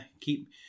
keep